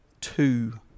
two